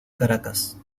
caracas